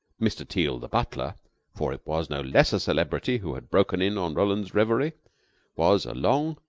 mr. teal, the butler for it was no less a celebrity who had broken in on roland's reverie was a long,